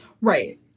Right